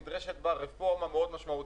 נדרשת בה רפורמה מאוד משמעותית.